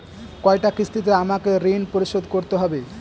কয়টা কিস্তিতে আমাকে ঋণ পরিশোধ করতে হবে?